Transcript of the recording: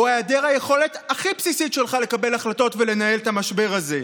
או היעדר היכולת הכי בסיסית שלך לקבל החלטות ולנהל את המשבר הזה?